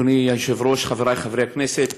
אדוני היושב-ראש, חברי חברי הכנסת,